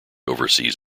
overseas